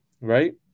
Right